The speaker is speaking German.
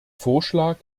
vorschlag